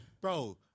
Bro